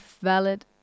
valid